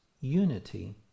unity